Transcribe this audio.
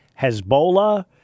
Hezbollah